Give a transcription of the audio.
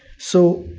so,